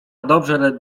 dobrze